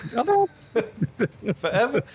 Forever